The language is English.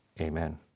amen